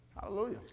Hallelujah